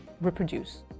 reproduce